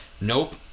Nope